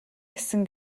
гэсэн